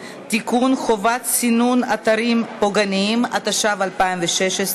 (תיקון, הצבעת שוהים במוסדות), התשע"ו 2016,